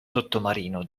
sottomarino